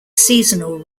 seasonal